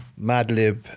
Madlib